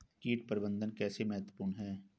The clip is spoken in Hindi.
कीट प्रबंधन कैसे महत्वपूर्ण है?